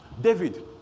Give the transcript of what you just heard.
David